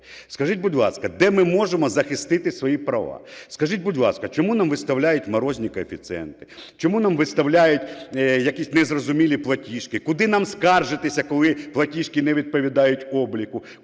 Скажіть, будь ласка, де ми можемо захистити свої права? Скажіть, будь ласка, чому нам виставляють морозні коефіцієнти? Чому нам виставляють якісь незрозумілі платіжки? Куди нам скаржитися, коли платіжки не відповідають обліку?